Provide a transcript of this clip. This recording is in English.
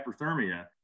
hypothermia